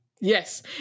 Yes